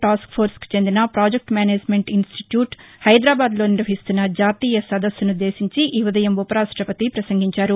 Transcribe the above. task force కు చెందిన project management institute Hyderabad లో నిర్వహిస్తున్న జాతీయ సదస్సునుద్దేశించి ఈ ఉదయం ఉపరాష్టపతి పసంగించారు